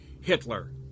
Hitler